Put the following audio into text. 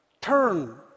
Turn